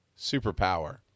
superpower